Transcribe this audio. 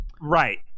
Right